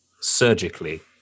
surgically